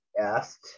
asked